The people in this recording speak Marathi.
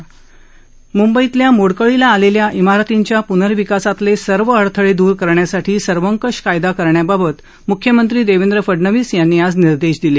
म्ंबईतल्या मोडकळीस आलेल्या इमारतींच्या प्नर्विकासातील सर्व अडथळे दूर करण्यासाठी सर्वकष कायदा करण्याबाबत मुख्यमंत्री देवेंद्र फडणवीस यांनी आज निर्देश दिले